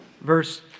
verse